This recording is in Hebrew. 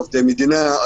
עובדי מדינה,